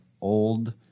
old